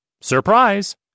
Surprise